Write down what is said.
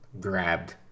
grabbed